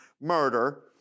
murder